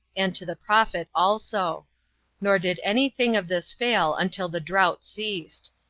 and to the prophet also nor did any thing of this fall until the drought ceased.